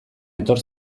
etor